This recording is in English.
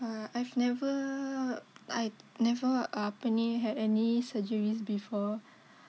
uh I've never I've never apa ni had any surgeries before